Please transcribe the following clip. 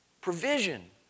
provision